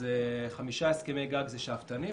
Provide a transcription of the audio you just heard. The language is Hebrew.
חמישה הסכמי גג זה שאפתני,